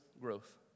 growth